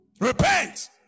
Repent